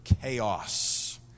chaos